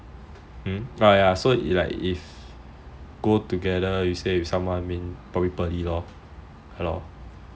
if you say go together you say with someone probably pearly lor ya lor